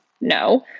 No